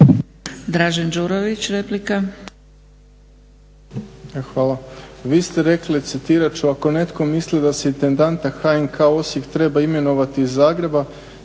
Dražen Đurović, replika.